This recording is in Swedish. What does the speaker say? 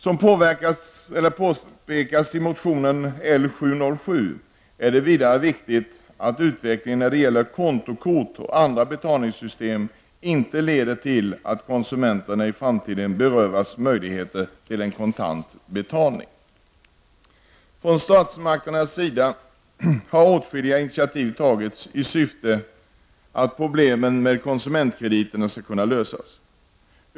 Som påpekas i motionen L707 är det vidare viktigt att utvecklingen när det gäller kontokort och andra betalningssystem inte leder till att konsumenterna i framtiden berövas möjligheter till en kontant betalning. Från statsmakternas sida har åtskilliga initiativ tagits i syfte att lösa problemen med konsumentkrediterna.